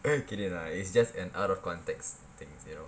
kidding lah it's just an out of context things you know